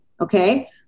okay